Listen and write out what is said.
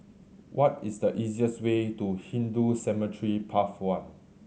what is the easiest way to Hindu Cemetery Path One